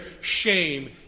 shame